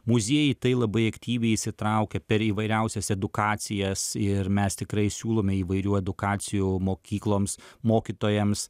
muziejai tai labai aktyviai įsitraukia per įvairiausias edukacijas ir mes tikrai siūlome įvairių edukacijų mokykloms mokytojams